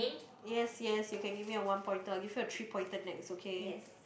yes yes you can give me a one pointer I'll give you a three pointer next okay